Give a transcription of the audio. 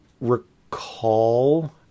recall